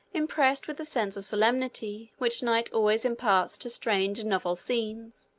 impressed with the sense of solemnity which night always imparts to strange and novel scenes,